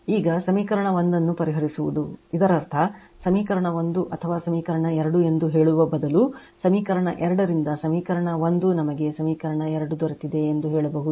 ಈಗ ಸಮೀಕರಣ 1 ಅನ್ನು ಪರಿಹರಿಸುವುದು ಇದರರ್ಥ ಸಮೀಕರಣ 1 ಅಥವಾ ಸಮೀಕರಣ 2 ಎಂದು ಹೇಳುವ ಬದಲು ಸಮೀಕರಣ 2 ರಿಂದ ಸಮೀಕರಣ 1 ನಮಗೆಸಮೀಕರಣ 2 ದೊರೆತಿದೆ ಎಂದು ಹೇಳಬಹುದು